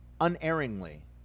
unerringly